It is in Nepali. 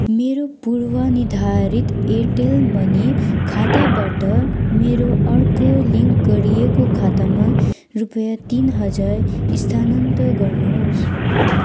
मेरो पूर्वनिर्धारित एयरटेल मनी खाताबाट मेरो अर्को लिङ्क गरिएको खातामा रुपैयाँ तिन हजार स्थानान्तरण गर्नुहोस्